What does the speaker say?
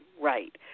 right